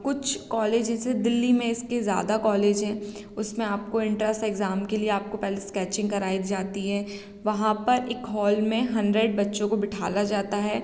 कुछ कॉलेज जैसे दिल्ली में इसके ज़्यादा कॉलेज हैं उसमें आपको इंटरस एग्ज़ाम के लिए आपको पहले स्केचिंग कराई जाती है वहाँ पर एक हॉल में हंड्रेड बच्चों को बिठा दिया जाता है